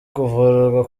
kuvurwa